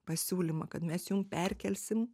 pasiūlymą kad mes jum perkelsim